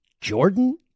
Jordan